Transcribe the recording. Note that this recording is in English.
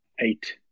eight